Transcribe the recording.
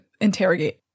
interrogate